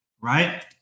right